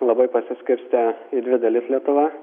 labai pasiskirstę į dvi dalis lietuva